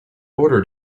order